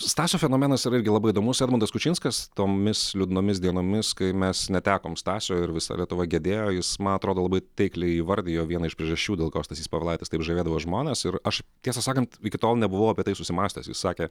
stasio fenomenas yra irgi labai įdomus edmundas kučinskas tomis liūdnomis dienomis kai mes netekom stasio ir visa lietuva gedėjo jis man atrodo labai taikliai įvardijo vieną iš priežasčių dėl ko stasys povilaitis taip žavėdavo žmones ir aš tiesą sakant iki tol nebuvau apie tai susimąstęs jis sakė